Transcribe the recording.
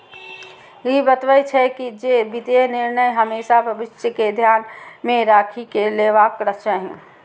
ई बतबै छै, जे वित्तीय निर्णय हमेशा भविष्य कें ध्यान मे राखि कें लेबाक चाही